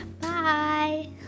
bye